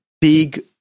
big-